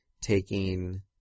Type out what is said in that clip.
taking